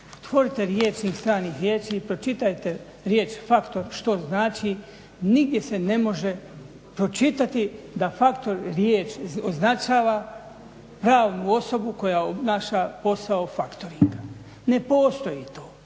Otvorite rječnik stranih riječi i pročitajte riječ "factor" što znači, nigdje se ne može pročitati da factor riječ označava pravu osobu koja obnaša posao factoringa. Ne postoji to